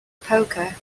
poker